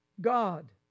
God